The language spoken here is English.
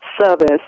service